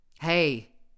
Hey